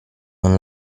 non